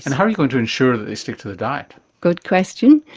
and how are you going to ensure that they stick to the diet? good question.